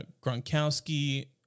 Gronkowski